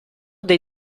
dei